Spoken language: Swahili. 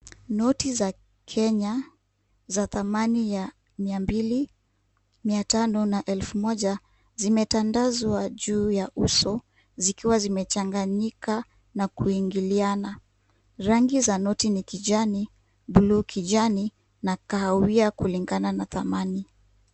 Noti za Kenya za thamani ya mia mbili, mia tano na elfu moja zimetandazwa juu ya uso zikiwa zimechanganyika na kuingiliana. Rangi za noti ni kijani, buluu kijani na kahawia kulingana na thamani.